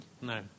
No